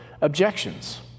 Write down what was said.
objections